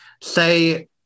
say